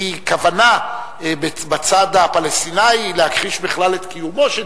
כוונה בצד הפלסטיני להכחיש בכלל את קיומו של